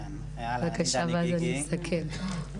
בבקשה, ואז אני אסכם.